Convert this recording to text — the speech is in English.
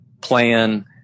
plan